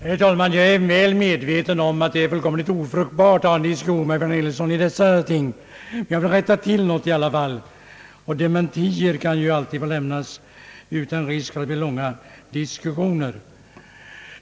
Herr talman! Jag är väl medveten om att det är fullständigt ofruktbart att diskutera dessa ting med herr Ferdinand Nilsson. Jag vill emellertid rätta till en sak. Dementier kan ju alltid få lämnas utan risk att det skall bli långa diskussioner om dem.